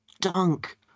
dunk